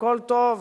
הכול טוב: